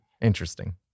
Interesting